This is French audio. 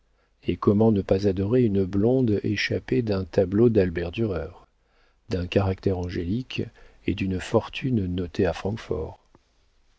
et comment ne pas adorer une blonde échappée d'un tableau d'albert durer d'un caractère angélique et d'une fortune notée à francfort